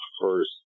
first